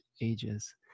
ages